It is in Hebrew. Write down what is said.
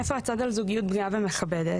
איפה הצד על זוגיות בריאה ומכבדת?